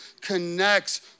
connects